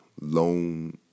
lone